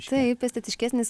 taip estetiškesnis